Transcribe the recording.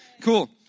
cool